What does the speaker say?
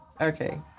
Okay